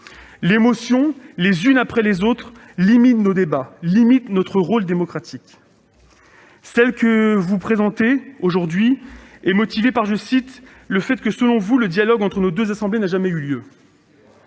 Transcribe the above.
motions, les unes après les autres, limitent nos débats et notre rôle démocratique. Celle que vous présentez aujourd'hui se justifie, selon vous, par le fait que « le dialogue entre nos deux assemblées n'a jamais eu lieu ».